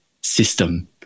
system